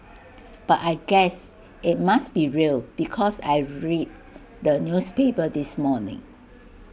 but I guess IT must be real because I read the newspapers this morning